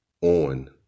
on